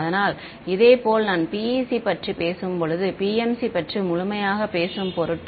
அதனால் இதேபோல் நான் PEC பற்றி பேசும் போதும் PMC பற்றி முழுமையாக பேசும் பொருட்டு